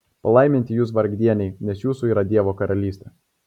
palaiminti jūs vargdieniai nes jūsų yra dievo karalystė